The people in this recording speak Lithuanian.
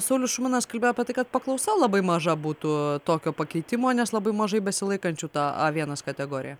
saulius šuminas kalbėjo tai kad paklausa labai maža būtų tokio pakeitimo nes labai mažai besilaikančių tą a vienas kategoriją